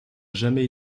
jamais